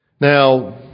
Now